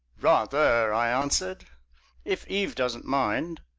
rather, i answered if eve doesn't mind.